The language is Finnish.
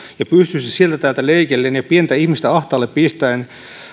ja pystyssä sieltä täältä leikellen ja pientä ihmistä ahtaalle pistäen